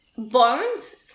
bones